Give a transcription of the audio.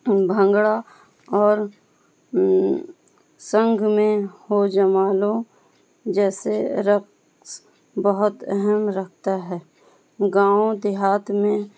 بھنگڑا اور سنگھ میں ہو جمالو جیسے رقص بہت اہم رکھتا ہے گاؤں دیہات میں